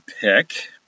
pick